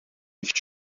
nicht